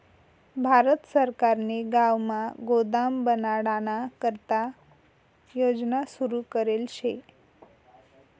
भारत सरकारने गावमा गोदाम बनाडाना करता योजना सुरू करेल शे